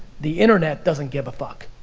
the internet doesn't give a fuck.